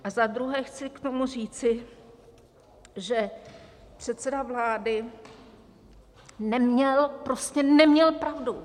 A za druhé chci k tomu říci, že předseda vlády neměl, prostě neměl pravdu.